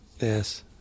Yes